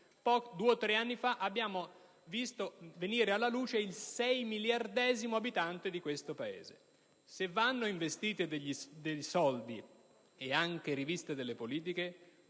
due o tre anni fa abbiamo visto venire alla luce il 6 miliardesimo abitante di questo pianeta. Se vanno investiti dei soldi e anche revisionate le politiche,